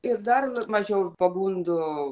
ir dar mažiau pagundų